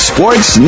Sports